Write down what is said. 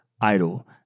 idol